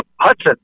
Hudson